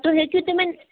تُہۍ ہیٚکِو تِمن